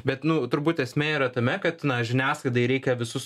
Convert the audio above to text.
bet nu turbūt esmė yra tame kad na žiniasklaidai reikia visus